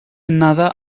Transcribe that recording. another